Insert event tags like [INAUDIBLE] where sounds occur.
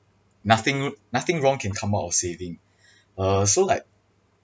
nothing w~ nothing wrong can come out of saving [BREATH] uh so like